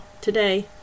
today